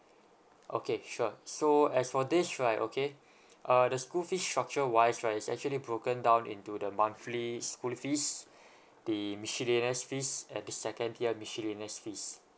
okay sure so as for this right okay uh the school fee structure wise right is actually broken down into the monthly school fees the miscellaneous fees and the second tier miscellaneous fees